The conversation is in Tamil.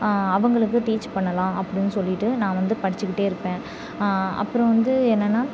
அவர்களுக்கு டீச் பண்ணலாம் அப்படினு சொல்லிகிட்டு நான் வந்து படிச்சுக்கிட்டே இருப்பேன் அப்புறோம் வந்து என்னனா